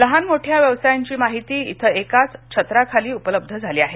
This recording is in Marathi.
लहान मोठ्या व्यवसायांची माहिती क्रिं एकाच छताखाली उपलब्ध झाली आहे